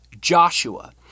Joshua